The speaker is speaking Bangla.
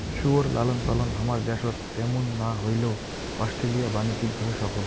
শুয়োর লালনপালন হামার দ্যাশত ত্যামুন না হইলেও অস্ট্রেলিয়া বাণিজ্যিক ভাবে সফল